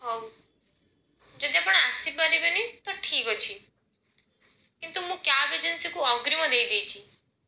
ହଉ ଯଦି ଆପଣ ଆସିପାରିବେନି ତ ଠିକ୍ ଅଛି କିନ୍ତୁ ମୁଁ କ୍ୟାବ୍ ଏଜେନ୍ସିକୁ ଅଗ୍ରୀମ ଦେଇଦେଇଛି